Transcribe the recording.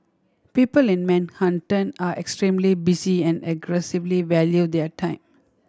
people in Manhattan are extremely busy and aggressively value their time